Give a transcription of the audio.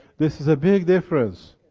this is a big difference.